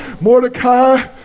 Mordecai